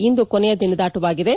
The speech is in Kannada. ಇಂದು ಕೊನೆಯ ದಿನದಾಟವಾಗಿದೆ